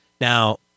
Now